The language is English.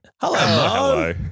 Hello